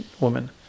woman